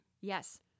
Yes